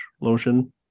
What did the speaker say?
lotion